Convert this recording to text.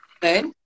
good